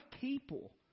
people